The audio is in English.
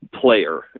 player